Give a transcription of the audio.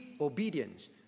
obedience